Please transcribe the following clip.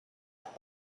half